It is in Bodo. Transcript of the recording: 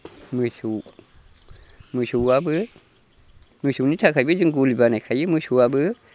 मोसौ मोसौआबो मोसौनि थाखायबो जों गलि बानायखायो मोसौआबो